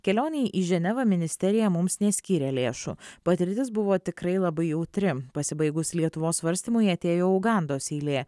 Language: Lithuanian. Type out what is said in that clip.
kelionei į ženevą ministerija mums neskyrė lėšų patirtis buvo tikrai labai jautri pasibaigus lietuvos svarstymui atėjo ugandos eilė